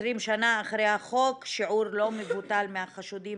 20 שנה אחרי החוק שיעור לא מבוטל מהחשודים